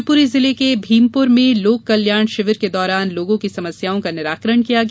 शिवपुरी जिले के भीमपुर में लोक कल्याण शिविर के दौरान लोगों की समस्याओं का निराकरण किया गया